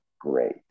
great